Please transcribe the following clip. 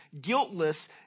guiltless